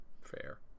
Fair